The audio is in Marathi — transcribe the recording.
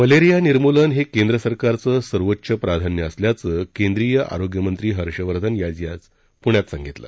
मलेरिया निर्मूलन हे केंद्र सरकारचं सर्वोच्च प्राधान्य असल्याचं केंद्रीय आरोग्यमंत्री हर्षवर्धन यांनी आज पूणे इथं सांगितलं